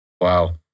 Wow